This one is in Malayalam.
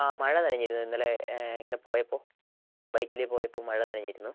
അ മഴ നനഞ്ഞിരുന്നു ഇന്നലെ ഇങ്ങനെ പോയപ്പോൾ ബൈക്കിൽ പോയപ്പോൾ മഴ നനഞ്ഞിരുന്നു